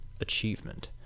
achievement